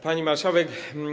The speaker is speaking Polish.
Pani Marszałek!